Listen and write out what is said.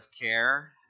care